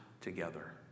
together